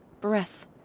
breath